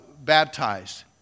baptized